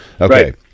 Okay